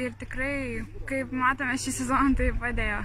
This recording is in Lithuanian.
ir tikrai kaip matome šį sezoną tai padėjo